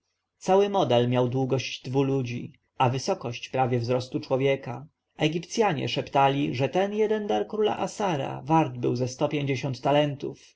cały model miał długość dwu ludzi a wysokość prawie wzrostu człowieka egipcjanie szeptali że ten jeden dar króla assara wart był ze sto pięćdziesiąt talentów